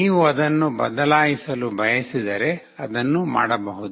ನೀವು ಅದನ್ನು ಬದಲಾಯಿಸಲು ಬಯಸಿದರೆ ಅದನ್ನು ಮಾಡಬಹುದು